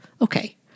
Okay